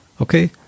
Okay